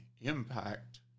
impact